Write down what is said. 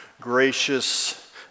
gracious